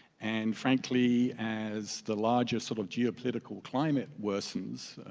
and frankly, as the larger sort of geopolitical climate worsens,